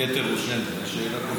כתר ראשנו.